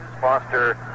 Foster